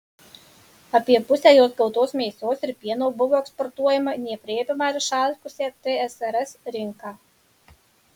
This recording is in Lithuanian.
apie pusę jos gautos mėsos ir pieno buvo eksportuojama į neaprėpiamą ir išalkusią tsrs rinką